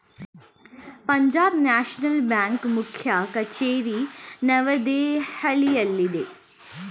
Punjab National ಬ್ಯಾಂಕ್ನ ಮುಖ್ಯ ಕಚೇರಿ ನವದೆಹಲಿಯಲ್ಲಿದೆ